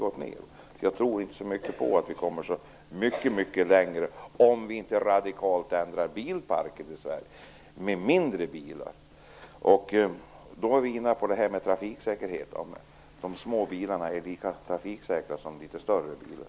Jag tror därför inte så mycket på att vi kommer så mycket längre - om vi inte radikalt ändrar bilparken i Sverige och övergår till mindre bilar. Då är vi inne på trafiksäkerheten och frågan om de små bilarna är lika trafiksäkra som litet större bilar.